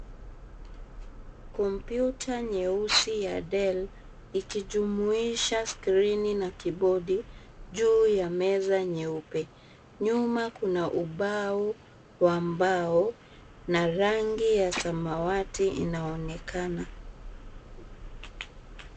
Kompyuta nyeusi ya Del ikijumuisha skrini na kibodi juu ya meza nyeupe. Nyuma kuna ubao wa mbao na rangi ya samawati inaonekana.